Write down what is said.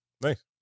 Nice